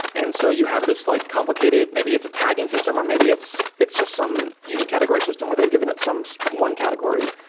and so you have this like complicated, maybe it's a tagging system or maybe it's it's just some unique category system whether you've given that one category.